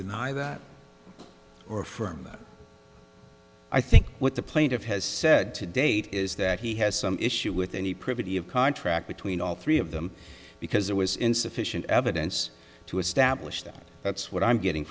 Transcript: deny that or affirm that i think what the plaintiff has said to date is that he has some issue with any privity of contract between all three of them because there was insufficient evidence to establish that that's what i'm getting